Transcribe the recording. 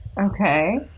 Okay